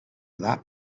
that